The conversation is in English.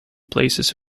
places